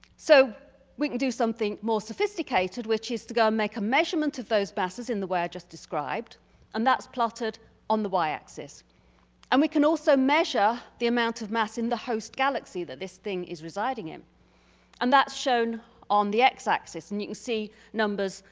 so we can do something more sophisticated which is to go and make a measurement of these masses in the way i just described and that's plotted on the y-axis. and we can also measure the amount of mass in the host galaxy that this thing is residing in and that's shown on the x-axis. and you can see numbers,